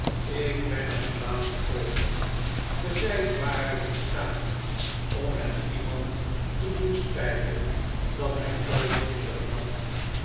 ik ben er verbaasd over ge zyt waarlijk in staat om het iemand te doen sphten dat hij ooit kinderen had